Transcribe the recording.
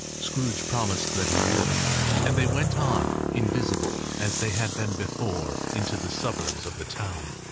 scrooge promised that he would and they went on, invisible, as they had been before, into the suburbs of the town.